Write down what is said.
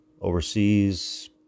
overseas